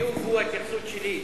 החיוב הוא ההתייחסות שלי.